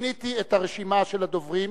שיניתי את הרשימה של הדוברים